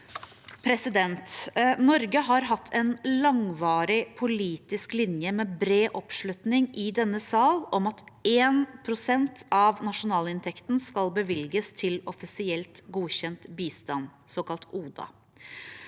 Agenda». Norge har hatt en langvarig politisk linje, med bred oppslutning i denne sal, om at 1 pst. av nasjonalinntekten skal bevilges til offisielt godkjent bistand, såkalt ODA.